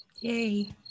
Yay